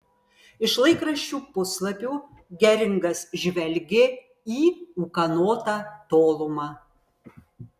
iš laikraščių puslapių geringas žvelgė į ūkanotą tolumą